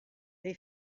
they